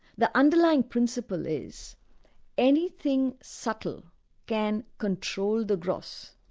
the underlying principle is anything subtle can control the gross.